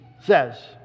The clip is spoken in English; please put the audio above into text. says